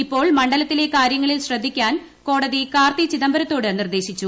ഇപ്പോൾ മണ്ഡലത്തിലെ കാര്യങ്ങളിൽ ശ്രദ്ധിക്കാൻ കോടതി കാർത്തി ചിദംബരത്തോട് നിർദ്ദേശിച്ചു